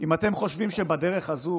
אם אתם חושבים שבדרך הזו